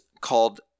called